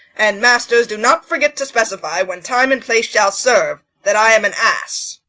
and masters, do not forget to specify, when time and place shall serve, that i am an ass.